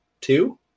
two